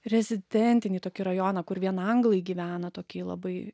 rezidentinį tokį rajoną kur vien anglai gyvena tokį labai